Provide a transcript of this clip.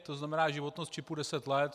To znamená životnost čipu deset let.